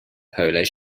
polar